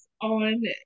on